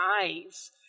eyes